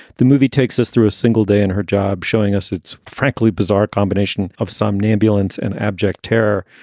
the movie takes us through a single day in her job, showing us its, frankly, bizarre combination of some namby olens and abject terror.